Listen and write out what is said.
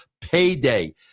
payday